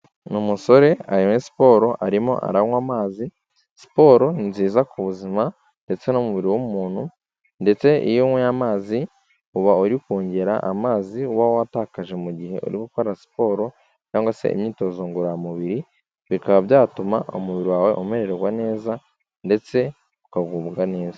Ni umusore ari muri siporo arimo aranywa amazi. Siporo ni nziza ku buzima ndetse n'umubiri w'umuntu ndetse iyo unyweye amazi uba uri kongera amazi uba watakaje mu gihe uri gukora siporo cyangwa se imyitozo ngororamubiri, bikaba byatuma umubiri wawe umererwa neza ndetse ukagubwa neza.